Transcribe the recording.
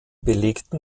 belegten